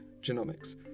genomics